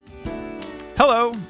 Hello